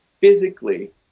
physically